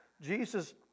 Jesus